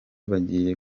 bagiye